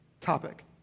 topic